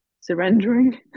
surrendering